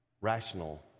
Rational